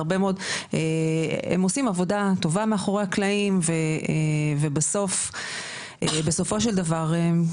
הם עושים עבודה טובה מאחורי הקלעים ובסופו של דבר,